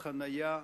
חנייה